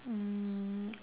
mm